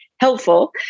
helpful